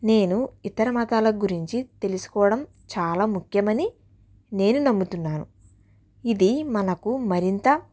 నేను ఇతర మతాల గురించి తెలుసుకోవడం చాలా ముఖ్యమని నేను నమ్ముతున్నాను ఇది మనకు మరింత